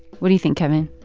what do you think, kevin?